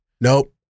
Nope